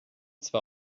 zwar